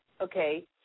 okay